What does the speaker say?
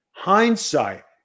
hindsight